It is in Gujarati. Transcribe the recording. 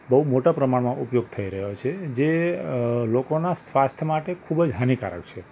બહુ મોટાં પ્રમાણમાં ઉપયોગ થઈ રહ્યો છે જે લોકોના સ્વાસ્થ્ય માટે ખૂબ જ હાનિકારક છે